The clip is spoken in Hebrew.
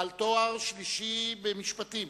בעל תואר שלישי במשפטים,